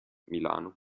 milano